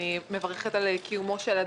אני מברכת על קיומו של הדיון.